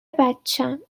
بچم